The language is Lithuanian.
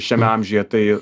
šiame amžiuje tai